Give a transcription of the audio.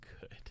good